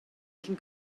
cyn